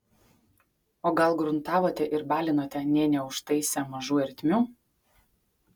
o gal gruntavote ir baltinote nė neužtaisę mažų ertmių